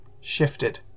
shifted